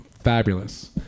Fabulous